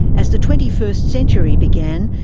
as the twenty first century began,